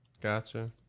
gotcha